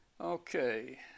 Okay